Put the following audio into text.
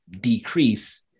decrease